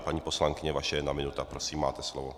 Paní poslankyně, vaše jedna minuta, prosím, máte slovo.